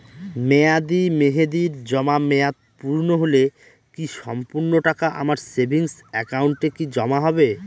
মেয়াদী মেহেদির জমা মেয়াদ পূর্ণ হলে কি সম্পূর্ণ টাকা আমার সেভিংস একাউন্টে কি জমা হবে?